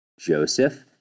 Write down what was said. Joseph